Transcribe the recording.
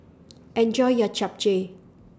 Enjoy your Japchae